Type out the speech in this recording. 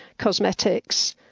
cosmetics.